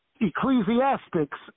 Ecclesiastics